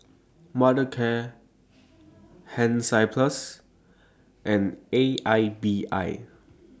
Mothercare Hansaplast and A I B I